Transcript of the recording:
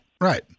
right